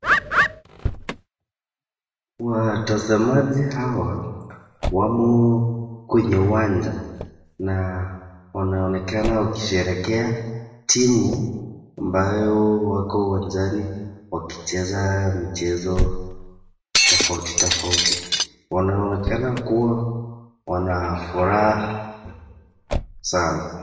Watazamaji hawa wamo kwenye uwanja na wanaonekana wakishangilia timu ambao wako uwanjani wakicheza michezo tofauti tofauti. Wanaonekana kuwa wana furaha sana.